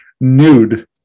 nude